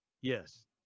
Yes